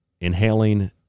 Inhaling